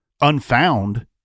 unfound